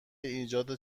ایجاد